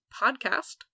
Podcast